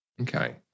okay